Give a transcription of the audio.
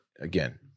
again